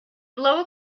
blow